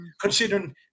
Considering